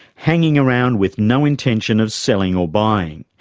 hanging around with no intention of selling or buying.